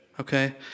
okay